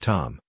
Tom